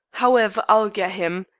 however, i'll get him,